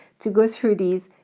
to go through these,